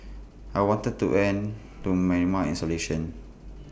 I wanted to end to Myanmar's isolation